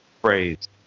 phrase